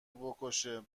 بکشه